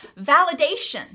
validation